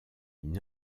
une